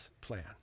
plan